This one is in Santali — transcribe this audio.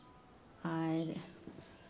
ᱟᱨ